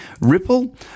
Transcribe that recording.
Ripple